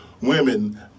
women